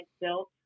built